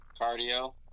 cardio